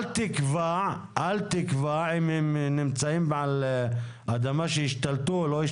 אל תקבע אם הם נמצאים על אדמה שהשתלטו או לא,